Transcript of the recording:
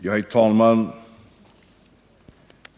Herr talman!